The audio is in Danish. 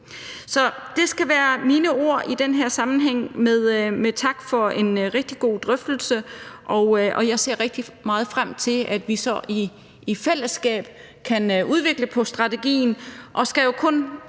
Så det skal være mine ord i den her sammenhæng – med tak for en rigtig god drøftelse. Jeg ser rigtig meget frem til, at vi så i fællesskab kan udvikle strategien, og kan jo kun